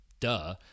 Duh